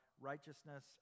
righteousness